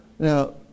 Now